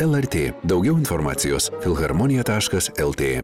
lrt daugiau informacijos filharmonija taškas lt